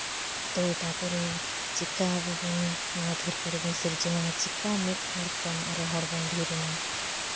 ᱛᱳ ᱛᱟᱨᱯᱚᱨᱮ ᱪᱤᱠᱟ ᱟᱵᱚᱵᱚᱱ ᱱᱚᱣᱟ ᱫᱷᱟᱹᱨᱛᱤ ᱨᱮᱵᱚᱱ ᱥᱤᱨᱡᱟᱹᱣ ᱮᱱᱟ ᱪᱤᱠᱟᱹ ᱢᱤᱫᱦᱚᱲ ᱠᱷᱚᱱ ᱟᱨᱚ ᱦᱚᱲᱵᱚᱱ ᱰᱷᱮᱨ ᱮᱱᱟ